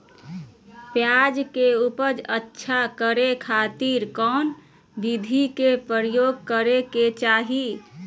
प्याज के उपज अच्छा करे खातिर कौन विधि के प्रयोग करे के चाही?